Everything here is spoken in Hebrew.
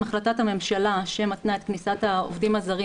החלטת הממשלה שקובעת את מכסת העובדים הזרים